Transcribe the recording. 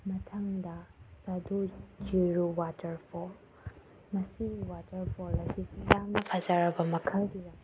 ꯃꯊꯪꯗ ꯁꯥꯗꯨ ꯆꯤꯔꯨ ꯋꯥꯇꯔ ꯐꯣꯜ ꯃꯁꯤꯒꯤ ꯋꯥꯇꯔ ꯐꯣꯜ ꯑꯁꯤꯁꯨ ꯌꯥꯝꯅ ꯐꯖꯔꯕ ꯃꯈꯜ ꯀꯌꯥꯒꯤ